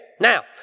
Now